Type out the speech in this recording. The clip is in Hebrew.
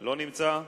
לא נמצא.